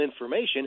information